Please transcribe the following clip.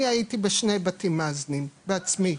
אני הייתי בשני בתים מאזנים בעצמי.